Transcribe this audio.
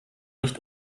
nicht